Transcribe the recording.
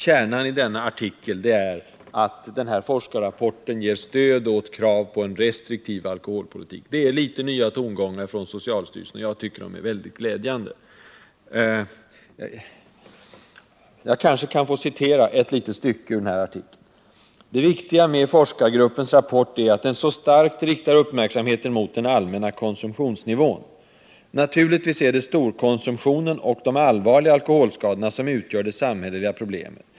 Kärnan i hans artikel är att forskarrapporten ger stöd åt kraven på en restriktiv alkoholpolitik. Det är nya tongångar från socialstyrelsen, och jag tycker de är glädjande. Jag kan kanske få citera ett litet stycke ur artikeln: ”Det viktiga med forskargruppens rapport är att den så starkt riktar uppmärksamheten mot den allmänna konsumtionsnivån. Naturligtvis är det storkonsumtionen och de allvarliga alkoholskadorna som utgör det samhälleliga problemet.